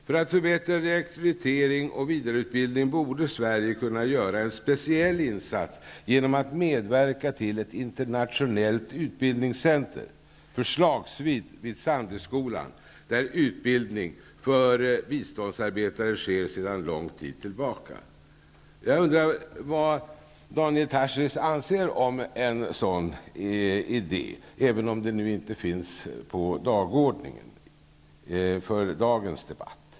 För att förbättra rekrytering och vidareutbildning borde Sverige kunna göra en speciell insats genom att medverka till ett internationellt utbildningscenter, förslagsvis vid Sandöskolan, där utbildning för biståndsarbetare sker sedan lång tid tillbaka. Jag undrar vad Daniel Tarschys anser om en sådan idé, även om den inte nu finns på dagordningen för dagens debatt.